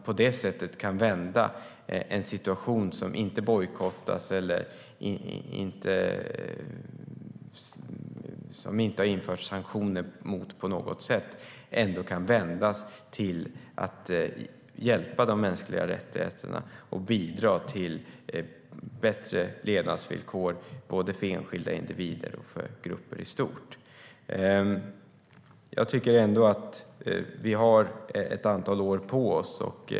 På det viset kan man utan bojkott och sanktioner vända en situation till att stärka mänskliga rättigheter och bidra till bättre levnadsvillkor, både för enskilda individer och för grupper i stort. Vi har ett antal år på oss.